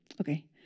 Okay